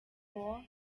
all